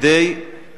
אנחנו נעזור לך,